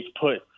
put